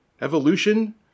Evolution